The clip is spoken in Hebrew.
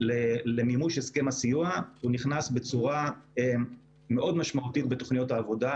למימוש הסכם הסיוע נכנס בצורה מאוד משמעותית בתוכניות העבודה,